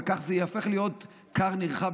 וכך זה ייהפך להיות כר נרחב,